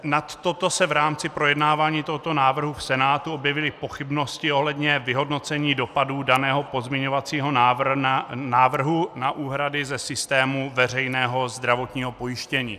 Nad toto se v rámci projednávání tohoto návrhu v Senátu objevily pochybnosti ohledně vyhodnocení dopadů daného pozměňovacího návrhu na úhrady ze systému veřejného zdravotního pojištění.